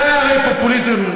זה הרי פופוליזם.